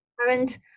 current